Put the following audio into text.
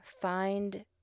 find